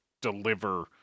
deliver